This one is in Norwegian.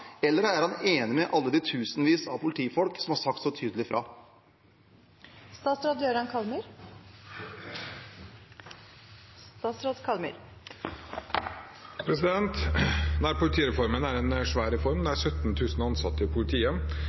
eller er han enig med alle de tusenvis av politifolk som har sagt så tydelig fra? Nærpolitireformen er en svær reform. Det er 17 000 ansatte i politiet.